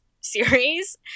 series